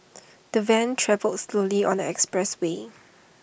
the van travelled slowly on the expressway